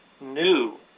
new